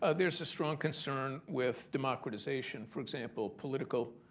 ah there's a strong concern with democratization-for example, political